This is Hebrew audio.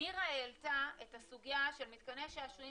נירה העלתה את הסוגיה של מתקני שעשועים